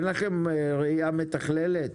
אין לכם ראייה מתכללת?